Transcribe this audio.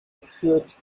geführt